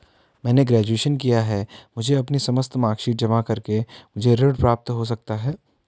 मैंने ग्रेजुएशन किया है मुझे अपनी समस्त मार्कशीट जमा करके मुझे ऋण प्राप्त हो सकता है?